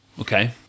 Okay